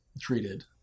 treated